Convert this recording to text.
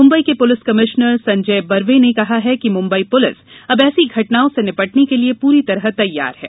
मुम्बई के police commissioner Sanjay Barve ने कहा है कि मुम्बई पुलिस अब ऐसी घटनाओं से निपटने के लिए पूरी तरह तैयार है